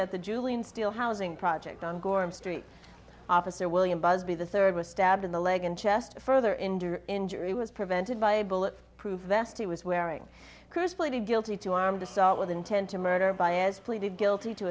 at the julian steel housing project on gorm street officer william busby the third was stabbed in the leg and chest further in injury was prevented by a bullet proof vest he was wearing cruz pleaded guilty to armed assault with intent to murder by as pleaded guilty to